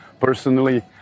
Personally